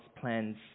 plans